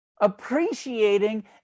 appreciating